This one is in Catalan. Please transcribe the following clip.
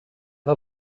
del